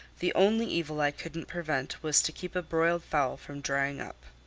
the only evil i couldn't prevent was to keep a broiled fowl from drying up.